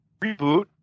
Reboot